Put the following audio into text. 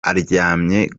aryamye